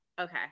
Okay